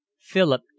Philip